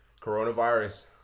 coronavirus